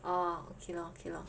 orh okay lor okay lor